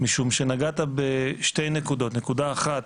משום שנגעת בשתי נקודות, נקודה אחת